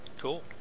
Cool